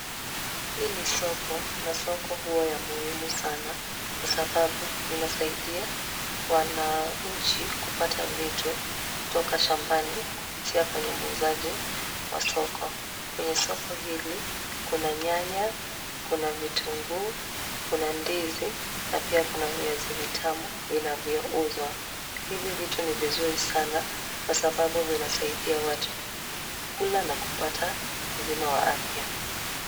Hii ni soko na soko huwa ya muhimu sana kwa sababu, inasaidia wananchi kupata vitu kutoka shambani, kupitia kwenye muuzaji wa soko. Kwenye soko hii kuna nyanya, kuna vitunguu, kuna ndizi na pia kuna viazi vitamu vinavyouzwa. Hivi vitu ni vizuri sana kwa sababu, vinasaidia watu kula na kupata uzima wa afya.